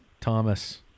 Thomas